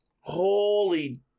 Holy